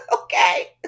okay